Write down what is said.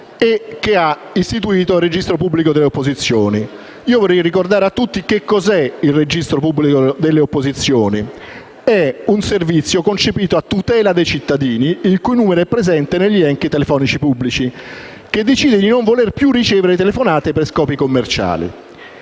e che ha istituito il registro pubblico delle opposizioni. Vorrei ricordare a tutti che cos'è il registro pubblico delle opposizioni: è un servizio concepito a tutela dei cittadini il cui numero è presente negli elenchi telefonici pubblici e che decidono di non voler più ricevere telefonate per scopi commerciali.